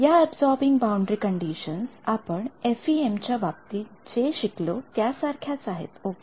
या absorbing boundary conditions आपण FEM च्या बाबतीत जे शिकलो त्या सारख्याच आहेत ओके